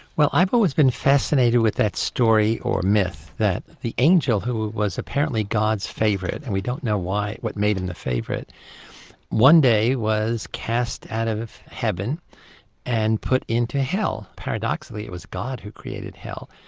well i've always been fascinated with that story or myth that the angel who was apparently god's favourite and we don't know why, what made him the favourite one day was cast out of heaven and put into hell. paradoxically it was god who created hell.